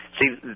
See